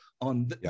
on